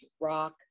rock